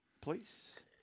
please